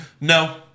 No